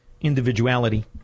individuality